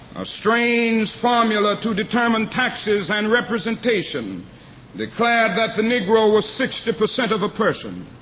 a strange formula to determine taxes and representation declared that the negro was sixty percent of a person.